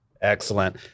Excellent